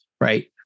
right